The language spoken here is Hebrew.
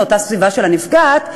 לאותה סביבה של הנפגעת,